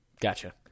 Gotcha